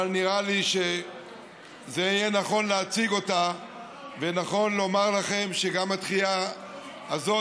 אבל נראה שזה יהיה נכון להציג אותה ונכון לומר לכם שגם הדחייה הזאת,